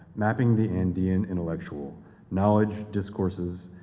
mapping the andean intellectual knowledge, discourses,